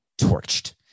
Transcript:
torched